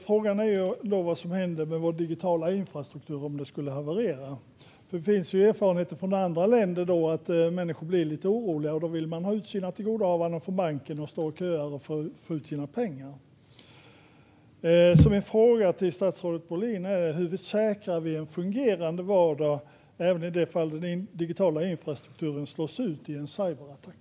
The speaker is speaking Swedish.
Frågan är vad som händer med vår digitala infrastruktur om den skulle haverera. Det finns erfarenheter från andra länder att människor blir lite oroliga. Då vill de ta ut sina tillgodohavanden från banken och står och köar för att få ut sina pengar. Min fråga till statsrådet Bohlin är: Hur säkrar vi en fungerande vardag även i de fall den digitala infrastrukturen slås ut i en cyberattack?